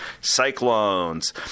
cyclones